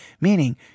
Meaning